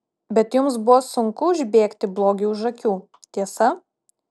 bet jums buvo sunku užbėgti blogiui už akių tiesa